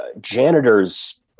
janitor's